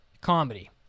comedy